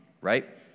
right